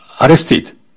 arrested